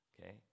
okay